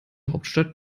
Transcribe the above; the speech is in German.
hauptstadt